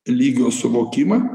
lygio suvokimą